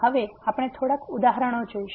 હવે આપણે થોડાક ઉદાહરણો જોઈશું